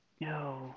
no